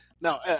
Now